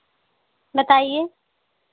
बताइए